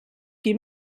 qui